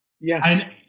Yes